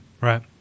right